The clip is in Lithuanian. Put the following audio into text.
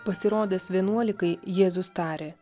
pasirodęs vienuolikai jėzus tarė